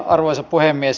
arvoisa puhemies